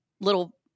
little